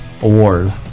award